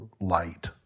light